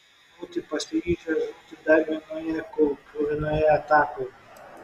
baiminamasi kad broliai gali būti pasiryžę žūti dar vienoje kruvinoje atakoje